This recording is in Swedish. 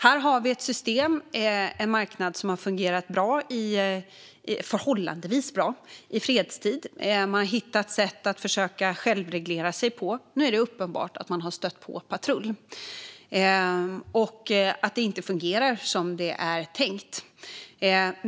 Här har vi ett system, en marknad, som har fungerat förhållandevis bra i fredstid. Man har hittat sätt att självreglera sig på. Men nu är det uppenbart att man har stött på patrull och att det inte fungerar som det är tänkt.